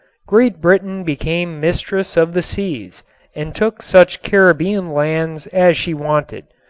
great britain became mistress of the seas and took such caribbean lands as she wanted.